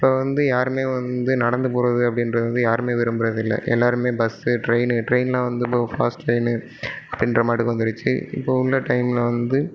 இப்போது வந்து யாருமே வந்து நடந்து போவது அப்படின்றது வந்து யாருமே விரும்புவது இல்லை எல்லாேருமே பஸ்ஸு டிரெயினு டிரெயினெலாம் வந்து இப்போது ஃபாஸ்ட் டிரெயினு அப்படிகிறமாட்டுக்கு வந்துடுச்சு இப்போது உள்ள டைமில் வந்து